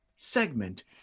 segment